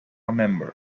member